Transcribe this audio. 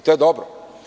To je dobro.